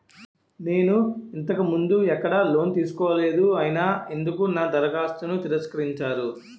నేను ఇంతకు ముందు ఎక్కడ లోన్ తీసుకోలేదు అయినా ఎందుకు నా దరఖాస్తును తిరస్కరించారు?